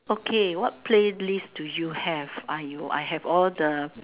okay what playlist do you have !aiyo! I have all the